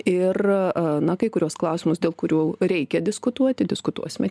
ir na kai kuriuos klausimus dėl kurių reikia diskutuoti diskutuosime